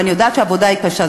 ואני יודעת שהעבודה היא קשה,